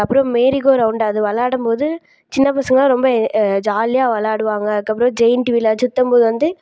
அப்புறம் merry go round அது விளாடும் போது சின்னப்பசங்களெலாம் ரொம்ப ஜாலியாக விளாடுவாங்க அதுக்கப்புறம் ஜெய்ன்ட் வீல் அது சுததும் போது வந்து